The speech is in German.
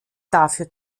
dafür